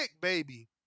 baby